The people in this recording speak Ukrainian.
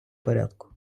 порядку